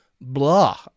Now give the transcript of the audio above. blah